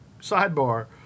sidebar